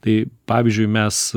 tai pavyzdžiui mes